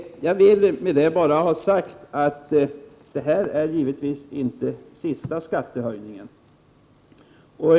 Jag vill med detta bara ha sagt att det här 43 naturligtvis inte blir den sista skattehöjningen.